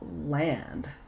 land